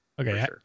Okay